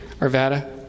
Arvada